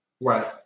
Right